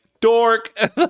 dork